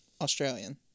Australian